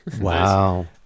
Wow